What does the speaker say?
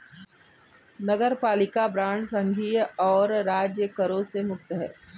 नगरपालिका बांड संघीय और राज्य करों से मुक्त हैं